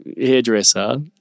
hairdresser